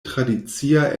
tradicia